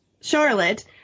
Charlotte